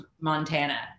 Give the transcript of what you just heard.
Montana